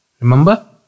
Remember